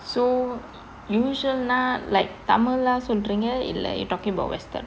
so usual ah like தமிழா சொல்றீங்க இல்லை:tamila solreenga illai you talking about western